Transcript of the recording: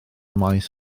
maes